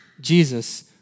Jesus